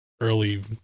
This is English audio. early